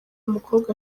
mukobwa